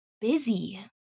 busy